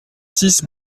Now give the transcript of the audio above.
six